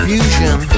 Fusion